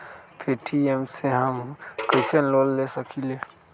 Paytm से हम कईसे लोन ले सकीले?